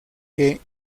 que